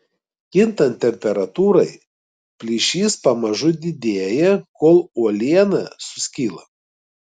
kintant temperatūrai plyšys pamažu didėja kol uoliena suskyla